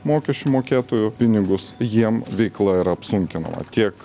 mokesčių mokėtojų pinigus jiem veikla yra apsunkinama tiek